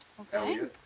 Okay